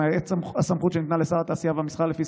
למעט הסמכות שניתנה לשר התעשייה והמסחר לפי